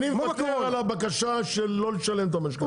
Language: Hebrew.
אני מוותר על הבקשה של לא לשלם את המשכנתה.